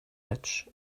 edge